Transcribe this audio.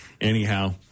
Anyhow